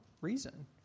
reason